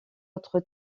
autre